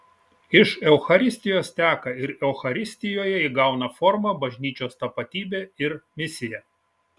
iš eucharistijos teka ir eucharistijoje įgauna formą bažnyčios tapatybė ir misija